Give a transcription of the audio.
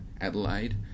Adelaide